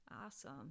awesome